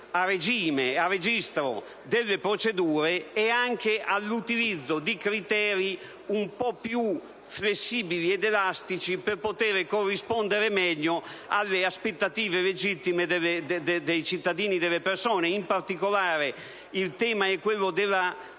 alla messa a regime delle procedure e all'utilizzo di criteri un po' più flessibili ed elastici per poter corrispondere meglio alle aspettative legittime dei cittadini, delle persone. In particolare, si sostiene la